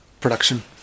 production